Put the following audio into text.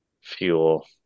fuel